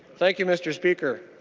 thank you mr. speaker